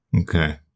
Okay